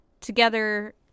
together